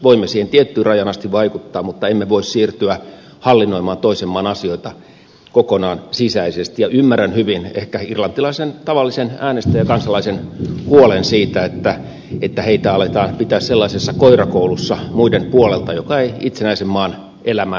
voimme tiettyyn rajaan asti vaikuttaa mutta emme voi siirtyä hallinnoimaan toisen maan asioita kokonaan sisäisesti ja ymmärrän hyvin tavallisen irlantilaisen äänestäjän ja kansalaisen huolen siitä että heitä aletaan pitää muiden puolelta sellaisessa koirakoulussa joka ei itsenäisen maan elämään sovi